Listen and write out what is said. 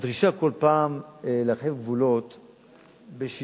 הדרישה כל פעם להרחיב גבולות בשיטה,